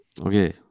okay